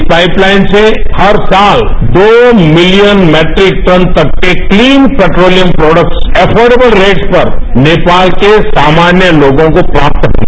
इस pipeline से हर साल दो मिलियन मैट्रिक टन तक के clean petroleum products affordable rates पर नेपाल के सामान्य लोगों को प्राप्त होंगे